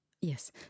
Yes